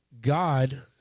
God